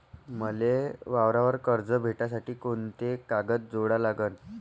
मले वावरावर कर्ज भेटासाठी कोंते कागद जोडा लागन?